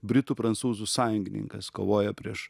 britų prancūzų sąjungininkas kovoja prieš